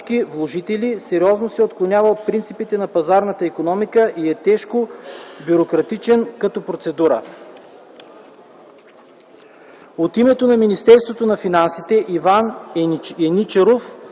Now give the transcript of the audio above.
сериозно се отклонява от принципите на пазарната икономика и е тежко бюрократичен като процедура.